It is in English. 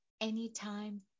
anytime